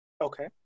Okay